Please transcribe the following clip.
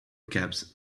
caps